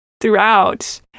throughout